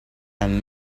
i’m